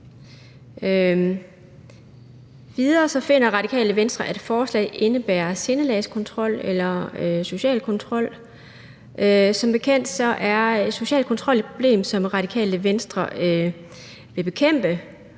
Endvidere finder Radikale Venstre, at forslaget indebærer sindelagskontrol – eller social kontrol. Som bekendt er social kontrol et problem, som Radikale Venstre vil bekæmpe,